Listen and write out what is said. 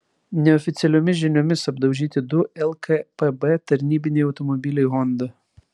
neoficialiomis žiniomis apdaužyti du lkpb tarnybiniai automobiliai honda